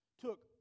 took